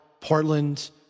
Portland